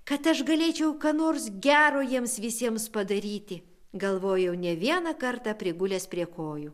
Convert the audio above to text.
kad aš galėčiau ką nors gero jiems visiems padaryti galvojau ne vieną kartą prigulęs prie kojų